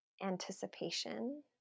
anticipation